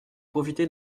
profité